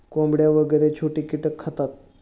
कोंबड्या वगैरे छोटे कीटक खातात